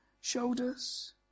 shoulders